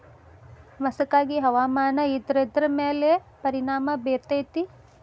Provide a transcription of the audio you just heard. ಮಸಕಾಗಿ ಹವಾಮಾನ ಇದ್ರ ಎದ್ರ ಮೇಲೆ ಪರಿಣಾಮ ಬಿರತೇತಿ?